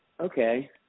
okay